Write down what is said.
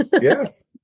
yes